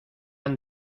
han